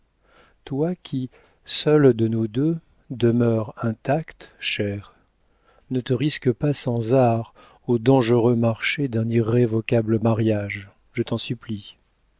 toi qui seule de nous deux demeures intacte chère ne te risque pas sans arrhes au dangereux marché d'un irrévocable mariage je t'en supplie